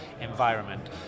environment